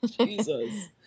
Jesus